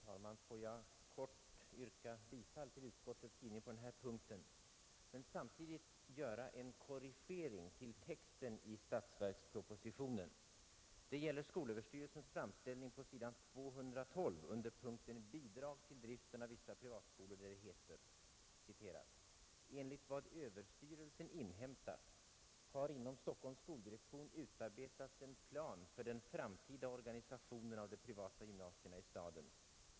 Herr talman! Får jag kort yrka bifall till utskottets skrivning på denna punkt men samtidigt göra en korrigering till texten i statsverkspropositionen. Det gäller skolöverstyrelsens framställning på s. 212 under punkten ”Bidrag till driften av vissa privatskolor”, där det heter: ”Enligt vad överstyrelsen inhämtat har inom Stockholms skoldirektion utarbetats en plan för den framtida organisationen av de privata gymnasierna i staden.